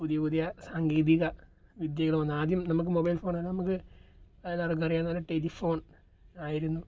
പുതിയ പുതിയ സാങ്കേതിക വിദ്യകൾ വന്നത് ആദ്യം നമുക്ക് മൊബൈൽ ഫോൺ നമുക്ക് എല്ലാവർക്കും അറിയാവുന്നവർ ടെലിഫോൺ ആയിരുന്നു